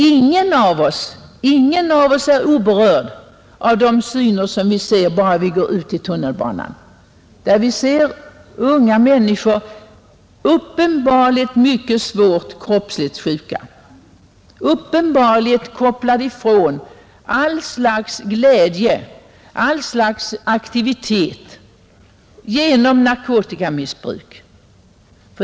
Ingen av oss är oberörd av de syner vi ser bara vi går ut i tunnelbanan, där vi ser unga människor som är uppenbarligen mycket svårt kroppsligt sjuka, uppenbarligen bortkopplade från allt slags glädje, allt slags aktivitet genom narkotikamissbruk.